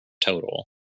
total